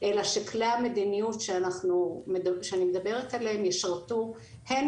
אלא שכלי המדיניות שאני מדברת עליהם ישרתו הן